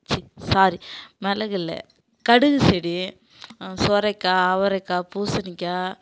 C sorry மிளகு இல்லை கடுகு செடி சொரைக்காய் அவரைக்காய் பூசணிக்காய்